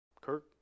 Kirk